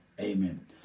Amen